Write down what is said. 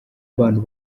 abantu